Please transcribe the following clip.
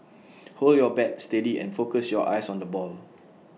hold your bat steady and focus your eyes on the ball